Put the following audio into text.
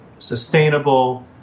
sustainable